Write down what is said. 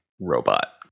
robot